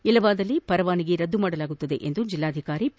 ಇಲ್ಲವಾದಲ್ಲಿ ಪರವಾನಗಿ ರದ್ದು ಮಾಡಲಾಗುವುದು ಎಂದು ಜೆಲ್ಲಾಧಿಕಾರಿ ಪಿ